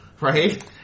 right